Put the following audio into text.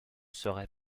serait